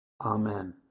Amen